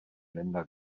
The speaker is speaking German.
länder